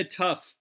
tough